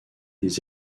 des